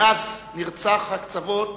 מאז נרצח, הקצוות